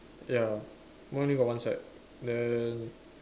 ya mine only got one side then